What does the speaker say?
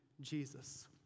Jesus